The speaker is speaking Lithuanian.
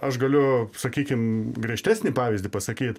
aš galiu sakykim griežtesnį pavyzdį pasakyt